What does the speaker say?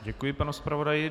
Děkuji, pane zpravodaji.